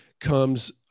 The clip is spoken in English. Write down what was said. comes